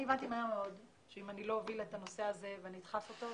אני הבנתי מהר מאוד שאם אני לא אוביל את הנושא הזה ואדחף אותו,